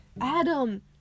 Adam